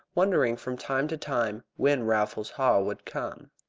wondering from time to time when raffles haw would come.